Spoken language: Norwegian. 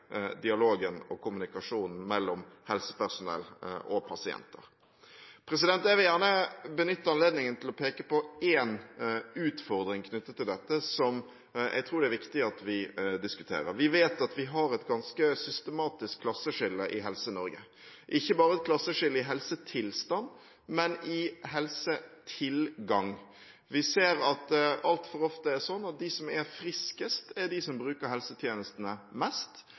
dialogen og kommunikasjonen mellom helsepersonell og pasienter. Jeg vil gjerne benytte anledningen til å peke på en utfordring knyttet til dette som jeg tror det er viktig at vi diskuterer. Vi vet at vi har et ganske systematisk klasseskille i Helse-Norge – ikke bare et klasseskille i helsetilstand, men i helsetilgang. Vi ser at det altfor ofte er sånn at de som er friskest, er de som bruker helsetjenestene mest,